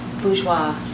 bourgeois